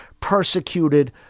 persecuted